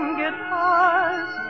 guitars